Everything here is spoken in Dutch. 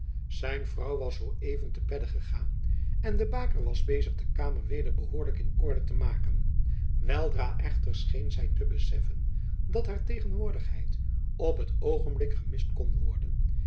zijn vrouw was zoo even te bedde gegaan en de baker was bezig de kamer weder behoorlijk in orde te maken weldra echter scheen zy te beseffen dat haar tegenwoordigheid op t oogenblik gemist kon worden